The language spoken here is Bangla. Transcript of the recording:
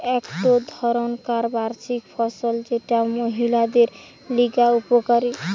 একটো ধরণকার বার্ষিক ফসল যেটা মহিলাদের লিগে উপকারী